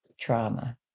trauma